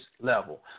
level